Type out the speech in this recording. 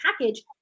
package